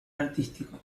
artístico